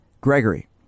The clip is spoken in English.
Gregory